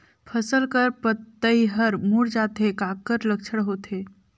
फसल कर पतइ हर मुड़ जाथे काकर लक्षण होथे?